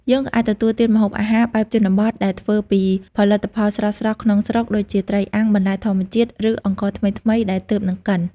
យើងក៏អាចទទួលទានម្ហូបអាហារបែបជនបទដែលធ្វើពីផលិតផលស្រស់ៗក្នុងស្រុក ដូចជាត្រីអាំង បន្លែធម្មជាតិ ឬអង្ករថ្មីៗដែលទើបនឹងកិន ។